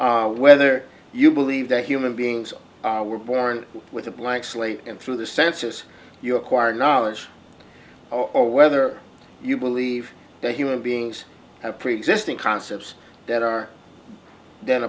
split whether you believe that human beings were born with a blank slate and through the senses you acquire knowledge or whether you believe that human beings have preexisting concepts that are th